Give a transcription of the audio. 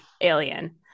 alien